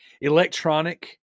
electronic